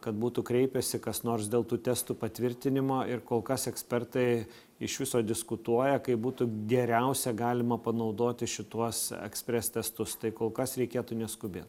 kad būtų kreipęsi kas nors dėl tų testų patvirtinimo ir kol kas ekspertai iš viso diskutuoja kaip būtų geriausia galima panaudoti šituos ekspres testus tai kol kas reikėtų neskubėt